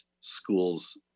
schools